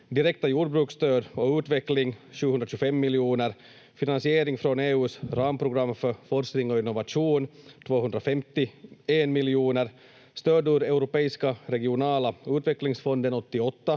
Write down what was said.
direkta jordbruksstöd och utveckling 725 miljoner, finansiering från EU:s ramprogram för forskning och innovation 251 miljoner, stöd ur Europeiska regionala utvecklingsfonden 88